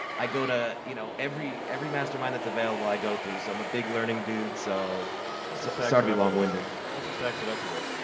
i go to, you know, every every mastermind that's available, i go to so i'm a big learning dude, so sorry so to be long-winded. plus, it's tax deductible.